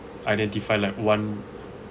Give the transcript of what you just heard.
identify like one